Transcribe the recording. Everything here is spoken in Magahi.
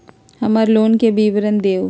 हमर लोन के विवरण दिउ